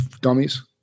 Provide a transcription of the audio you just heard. dummies